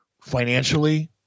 Financially